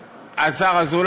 בתקווה.